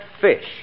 fish